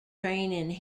training